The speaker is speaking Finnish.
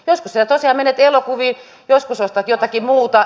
joskus sinä tosiaan menet elokuviin joskus ostat jotakin muuta